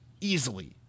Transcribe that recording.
Easily